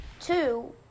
two